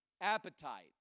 appetite